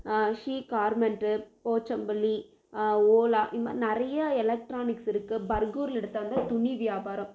she garment Pochampalli ஓலா இந்தமாதிரி நிறைய எலக்ட்ரானிக்ஸ் இருக்குது பர்கூர்லெடுத்தாக்க வந்து துணி வியாபாரம்